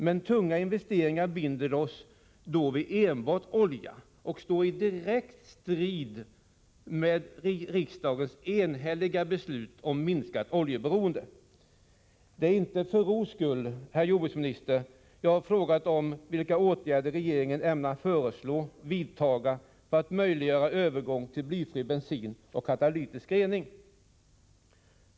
Men tunga investeringar binder oss då vid enbart olja och står i direkt strid med riksdagens enhälliga beslut om minskat oljeberoende. Det är inte för ro skull, herr jordbruksminister, jag har frågat om vilka åtgärder regeringen ämnar föreslå och vidtaga för att möjliggöra övergång till blyfri bensin och katalytisk rening.